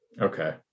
Okay